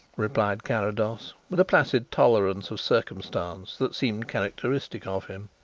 replied carrados, with a placid tolerance of circumstance that seemed characteristic of him.